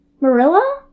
Marilla